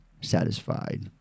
satisfied